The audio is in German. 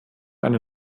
einen